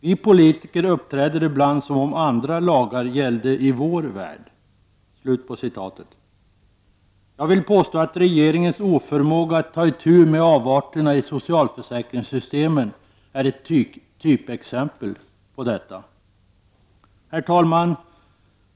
Vi politiker uppträder ibland som om andra lagar gällde i vår värld.” Jag vill påstå att regeringens oförmåga att ta itu med avarterna i socialförsäkringssystemen är ett typexempel på detta. Herr talman!